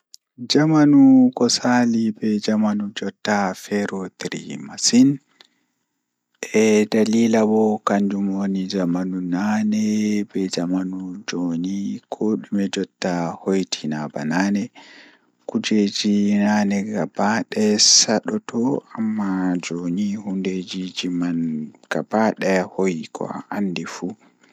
Jamanu ko saali be jamanu jotta feerotiri masin, Eh dalila bo kanjum woni naane be jamanu jooni ko dume hoiti naa ba naane kujeeji jei nane gada daya satodo amma jooni hundeeji man gaba daya hoyi ko a andi fuu.